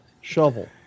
Shovel